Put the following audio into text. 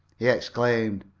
he exclaimed.